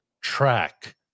track